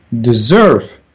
deserve